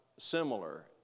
Similar